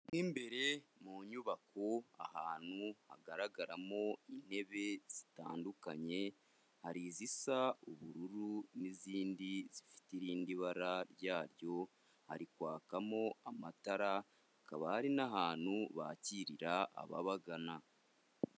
Mo imbere mu nyubako ahantu hagaragaramo intebe zitandukanye: hari izisa ubururu n'izindi zifite irindi bara ryaryo; hari kwakamo amatara hakaba hari n'ahantu bakirira ababagana.